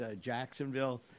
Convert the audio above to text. Jacksonville